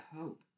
hope